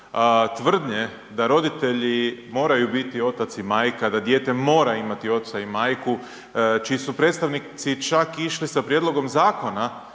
tvrdnje da roditelji moraju biti otac i majka, da dijete mora imati oca i majku, čiji su predstavnici čak išli sa prijedlogom zakona